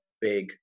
big